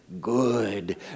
good